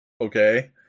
Okay